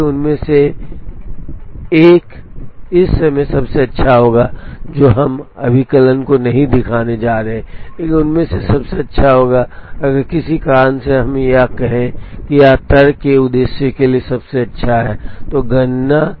इसलिए उनमें से एक इस समय सबसे अच्छा होगा जो हम अभिकलन को नहीं दिखाने जा रहे हैं लेकिन उनमें से एक सबसे अच्छा होगा अगर किसी कारण से हम कहें कि यह तर्क के उद्देश्य के लिए सबसे अच्छा है तो गणना